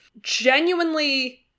Genuinely